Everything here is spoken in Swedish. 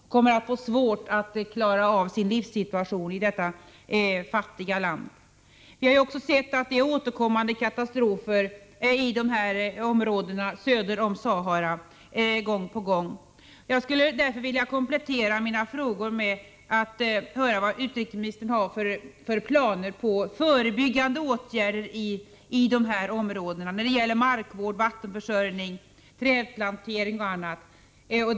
Det kommer att bli svårt för dem att klara av sin livssituation i ett så fattigt land. Vidare har vi noterat att katastroferna i området söder om Sahara återkommer gång på gång. Jag skulle således vilja komplettera mina tidigare frågor med följande frågor: Vilka planer har utrikesministern på förebyggande åtgärder i de här områdena när det gäller markvård, vattenförsörjning, trädplantering, hälsovård etc.?